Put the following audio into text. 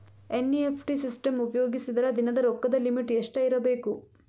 NEFT system ಉಪಯೋಗಿಸಿದರ ದಿನದ ರೊಕ್ಕದ ಲಿಮಿಟ್ ಎಷ್ಟ ಇರಬೇಕು?